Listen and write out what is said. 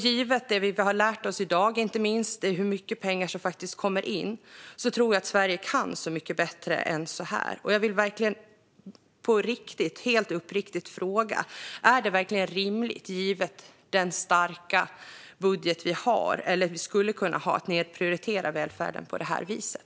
Givet det vi har lärt oss i dag, och inte minst om hur mycket pengar som kommer in, tror jag att Sverige kan mycket bättre än så här. Jag vill helt uppriktigt fråga: Är det verkligen rimligt givet den starka budget vi har, eller skulle kunna ha, att nedprioritera välfärden på det här viset?